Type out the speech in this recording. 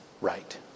right